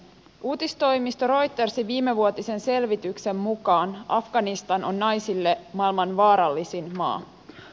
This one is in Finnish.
uutistoimisto reutersin viimevuotisen selvityksen mukaan afganistan on naisille maailman vaarallisin maa